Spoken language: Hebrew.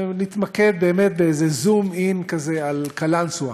נתמקד, באמת באיזה zoom-in כזה, על קלנסואה,